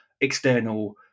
external